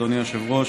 אדוני היושב-ראש,